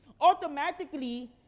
Automatically